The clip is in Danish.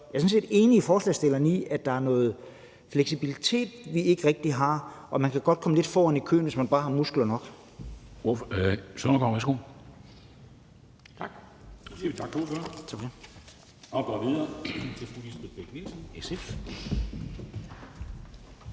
jeg er sådan set enig med forslagsstillerne i, at der er noget fleksibilitet, vi ikke rigtig har, og man kan godt komme lidt foran i køen, hvis man bare har muskler nok.